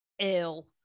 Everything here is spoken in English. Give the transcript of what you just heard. ill